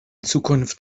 zukunft